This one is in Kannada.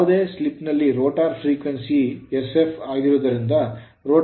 ಯಾವುದೇ ಸ್ಲಿಪ್ ನಲ್ಲಿ ರೋಟರ್ frequency ಆವರ್ತನವು sf ಆಗಿರುವುದರಿಂದ ರೋಟರ್ emf SE2 ಗೆ ಬದಲಾಗುತ್ತದೆ